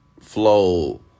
flow